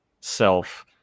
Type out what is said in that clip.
self